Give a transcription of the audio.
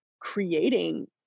creating